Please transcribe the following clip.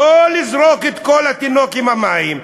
לא לזרוק את התינוק עם המים.